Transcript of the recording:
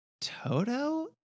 Toto